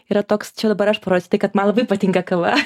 yra toks čia dabar aš parodysiu kad man labai patinka kava